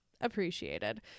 appreciated